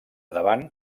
davant